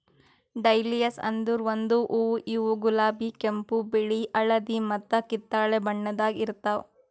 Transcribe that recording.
dahlias ಅಂದುರ್ ಒಂದು ಹೂವು ಇವು ಗುಲಾಬಿ, ಕೆಂಪು, ಬಿಳಿ, ಹಳದಿ ಮತ್ತ ಕಿತ್ತಳೆ ಬಣ್ಣದಾಗ್ ಇರ್ತಾವ್